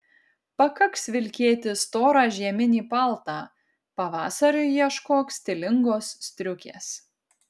pakaks vilkėti storą žieminį paltą pavasariui ieškok stilingos striukės